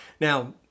Now